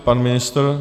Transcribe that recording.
Pan ministr?